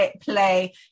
play